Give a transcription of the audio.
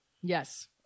Yes